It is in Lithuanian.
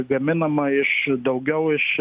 gaminama iš daugiau iš